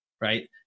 Right